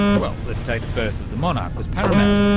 well, the date of birth of the monarch was paramount,